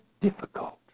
difficult